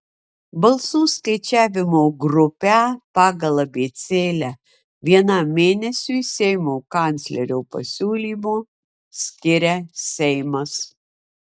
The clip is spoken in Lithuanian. balsų skaičiavimo grupę pagal abėcėlę vienam mėnesiui seimo kanclerio pasiūlymu skiria seimas